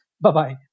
Bye-bye